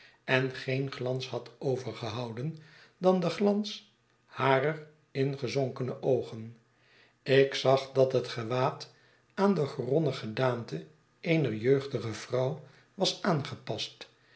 en geen glans had overgehouden dan den glans harer ingezonkene oogen ik zag dat het gewaad aan de geronde gedaante eener jeugdige vrouw was aangepast